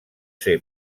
ser